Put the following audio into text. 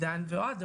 עידן ואוהד,